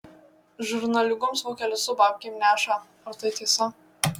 žurnaliūgoms vokelius su babkėm neša ar tai tiesa